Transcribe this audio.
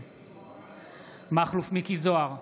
נגד מכלוף מיקי זוהר,